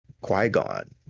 qui-gon